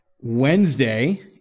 Wednesday